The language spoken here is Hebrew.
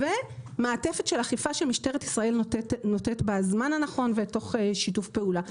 ומעטפת של אכיפה של משטרת ישראל נותנת בזמן הנכון ותוך שיתוף פעולה.